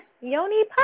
Yoni